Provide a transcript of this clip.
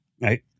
right